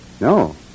No